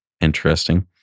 interesting